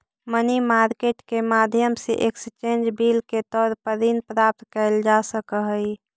money market के माध्यम से एक्सचेंज बिल के तौर पर ऋण प्राप्त कैल जा सकऽ हई